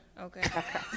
Okay